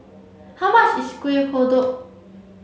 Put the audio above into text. how much is Kuih Kodok